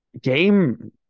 game